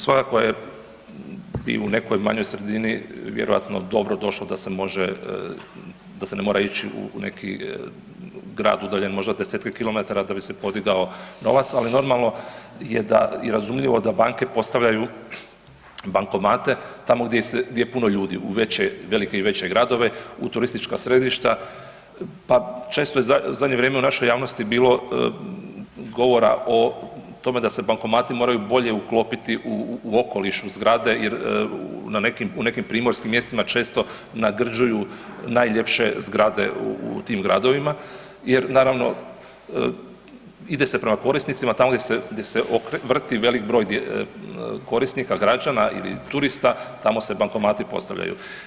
Svakako je i u nekoj manjoj sredini vjerojatno dobro došlo da se može, da se ne mora ići u neki grad udaljen možda desetke kilometara di bi se podigao novac, ali normalno je i razumljivo da banke postavljaju bankomate tamo gdje je puno ljudi u velike i veće gradove, u turistička središta, pa često je zadnje vrijeme u našoj javnosti bilo govora o tome da se bankomati moraju bolje uklopiti u okoliš u zgrade, jer po nekim primorskim mjestima često nagrđuju najljepše zgrade u tim gradovima, jer naravno ide se prema korisnicima, tamo gdje se vrti velik broj korisnika, građana ili turista, tamo se bankomati postavljaju.